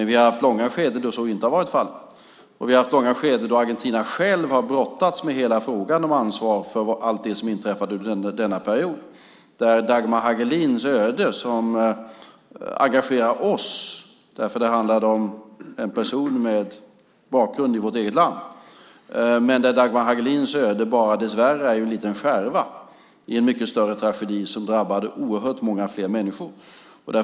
Vi har haft långa skeden då det inte har varit fallet, och vi har haft långa skeden då Argentina självt har brottats med frågan om ansvar för allt det som inträffade under denna period och där Dagmar Hagelins öde, som engagerar oss därför att det handlar om en person med bakgrund i vårt eget land, dessvärre bara är en liten skärva i en mycket större tragedi som drabbade oerhört många fler människor.